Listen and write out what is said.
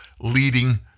leading